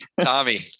Tommy